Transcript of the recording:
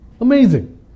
amazing